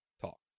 talk